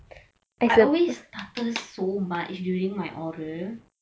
I always startled so much during my oral